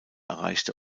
erreichte